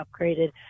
upgraded